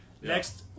Next